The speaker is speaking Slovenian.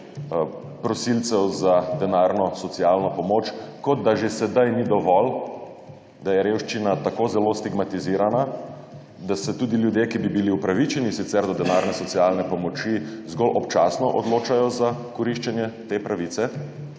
prosilcev za denarno socialno pomoč, kot da že sedaj ni dovolj, da je revščina tako zelo stigmatizirana, da se tudi ljudje, ki bi bili sicer upravičeni do denarne socialne pomoči, zgolj občasno odločajo za koriščenje te pravice,